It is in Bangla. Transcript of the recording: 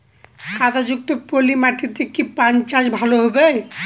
কাদা যুক্ত পলি মাটিতে কি পান চাষ ভালো হবে?